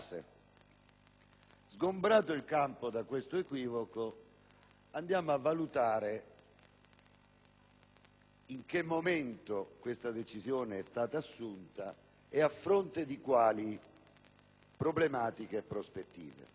Sgombrato il campo da tale equivoco, possiamo andare a valutare in quale momento questa decisione è stata assunta e a fronte di quali problematiche e prospettive.